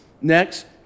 Next